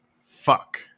fuck